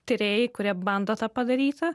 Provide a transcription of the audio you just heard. tyrėjai kurie bando tą padaryti